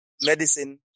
medicine